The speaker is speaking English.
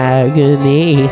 agony